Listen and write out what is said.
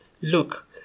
Look